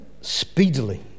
speedily